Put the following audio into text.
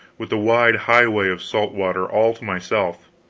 with the wide highway of salt water all to myself.